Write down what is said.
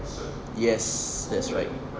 yes that's right